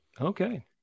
okay